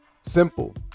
simple